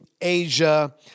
Asia